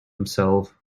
himself